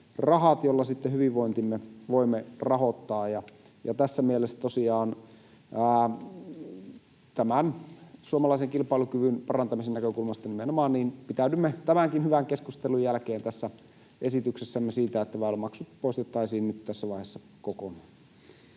sitten hyvinvointimme voimme rahoittaa. Tässä mielessä tosiaan nimenomaan suomalaisen kilpailukyvyn parantamisen näkökulmasta pitäydymme tämänkin hyvän keskustelun jälkeen tässä esityksessämme siitä, että väylämaksut poistettaisiin nyt tässä vaiheessa kokonaan.